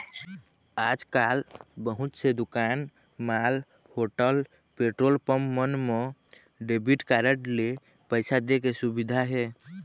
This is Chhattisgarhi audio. आजकाल बहुत से दुकान, मॉल, होटल, पेट्रोल पंप मन म डेबिट कारड ले पइसा दे के सुबिधा हे